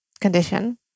condition